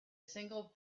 single